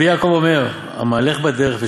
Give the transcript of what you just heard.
רבי יעקב אומר, המהלך בדרך ושונה,